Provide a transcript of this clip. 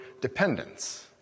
dependence